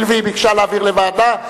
הואיל והיא ביקשה להעביר לוועדה,